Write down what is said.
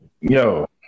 yo